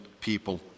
people